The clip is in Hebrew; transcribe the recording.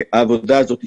העבודה הזאת הסתיימה,